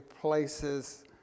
places